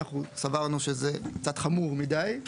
אנחנו סברנו שזה קצת חמור מדי,